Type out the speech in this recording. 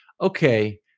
Okay